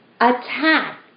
attack